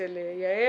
יעל